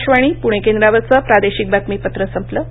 आकाशवाणी पुणे केंद्रावरचं प्रादेशिक बातमीपत्र संपलं